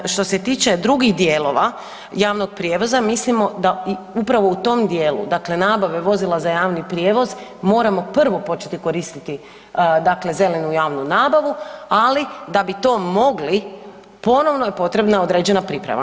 Što se tiče, što se tiče drugih dijelova javnog prijevoza mislimo da i upravo u tom dijelu, dakle nabave vozila za javni prijevoz moramo prvo početi koristiti dakle zelenu javnu nabavu, ali da bi to mogli ponovno je potrebna određena priprema.